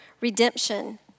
redemption